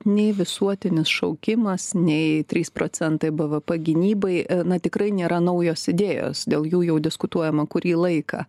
nei visuotinis šaukimas nei trys procentai bvp gynybai na tikrai nėra naujos idėjos dėl jų jau diskutuojama kurį laiką